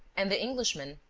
and the englishman,